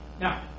Now